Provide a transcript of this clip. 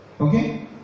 Okay